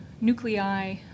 nuclei